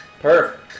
Perfect